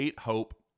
Hope